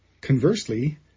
conversely